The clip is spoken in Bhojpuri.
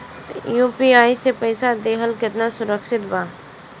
यू.पी.आई से पईसा देहल केतना सुरक्षित बा?